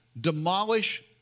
demolish